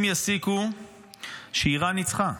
הם יסיקו שאיראן ניצחה,